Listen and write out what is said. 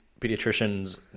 pediatricians